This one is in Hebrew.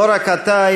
לא רק אתה.